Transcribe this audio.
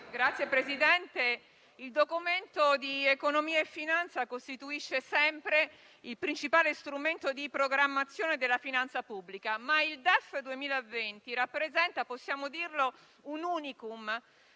Signor Presidente, il Documento di economia e finanza costituisce sempre il principale strumento di programmazione della finanza pubblica, ma il DEF 2020 rappresenta - possiamo dirlo - un *unicum*,